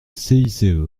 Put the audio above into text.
cice